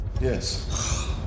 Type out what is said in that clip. yes